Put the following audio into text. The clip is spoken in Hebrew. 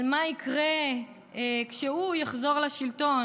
מה יקרה כשהוא יחזור לשלטון,